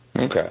okay